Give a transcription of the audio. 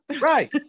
Right